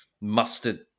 mustard